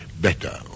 better